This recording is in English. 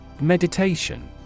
meditation